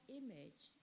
image